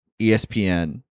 ESPN